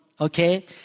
okay